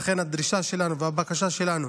הדרישה שלנו והבקשה שלנו